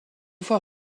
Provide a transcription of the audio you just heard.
fois